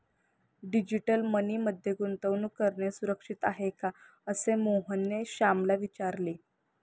digital money मध्ये गुंतवणूक करणे सुरक्षित आहे का, असे मोहनने श्यामला विचारले